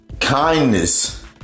kindness